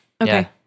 Okay